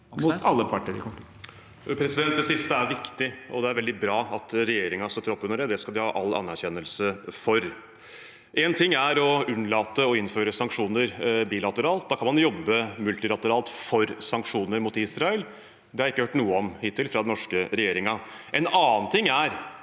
konflikten. Bjørnar Moxnes (R) Det siste er viktig, og det er veldig bra at regjeringen støtter opp under det. Det skal de ha all anerkjennelse for. Én ting er å unnlate å innføre sanksjoner bilateralt. Da kan man jobbe multilateralt for sanksjoner mot Israel. Det har jeg ikke hørt noe om hittil fra den norske regjeringen. En annen ting er